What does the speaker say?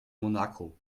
monaco